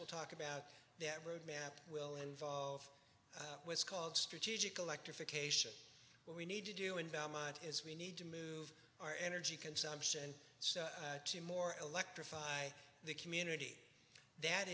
will talk about that road map will involve what's called strategic electrification where we need to do in belmont as we need to move our energy consumption to more electrify the community that